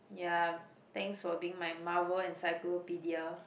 ya thanks for being my marvel encyclopedia